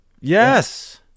Yes